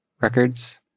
Records